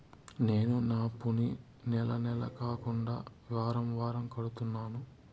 నేను నా అప్పుని నెల నెల కాకుండా వారం వారం కడుతున్నాను